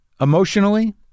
emotionally